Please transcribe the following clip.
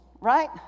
right